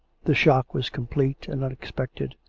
the shock was com plete and unexpected.